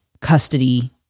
custody